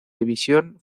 división